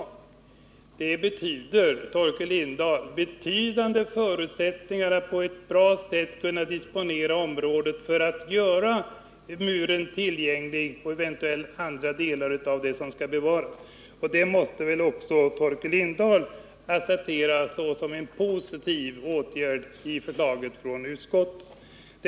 Till detta vill jag säga att det innebär, Torkel Lindahl, betydande förutsättningar att på ett bra sätt disponera området, så att man kan göra muren, liksom de eventuellt andra delar av utgrävningsfynden som skall bevaras, tillgänglig för allmänheten. Detta måste väl ändå också Torkel Lindahl acceptera som ett positivt förslag från utskottets sida.